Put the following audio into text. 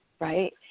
right